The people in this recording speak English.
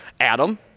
Adam